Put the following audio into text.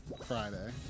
Friday